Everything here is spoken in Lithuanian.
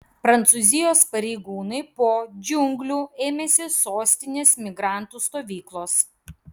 prancūzijos pareigūnai po džiunglių ėmėsi sostinės migrantų stovyklos